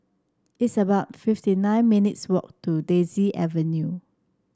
it's about fifty nine minutes' walk to Daisy Avenue